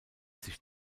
sich